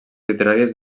literàries